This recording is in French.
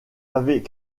avait